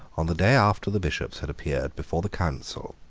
on the day after the bishops had appeared before the council,